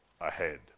ahead